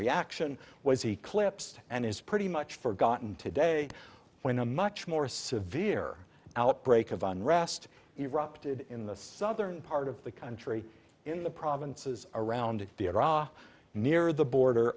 reaction was eclipsed and is pretty much forgotten today when a much more severe outbreak of unrest erupted in the southern part of the country in the provinces around iraq near the border